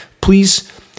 Please